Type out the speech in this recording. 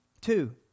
Two